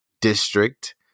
district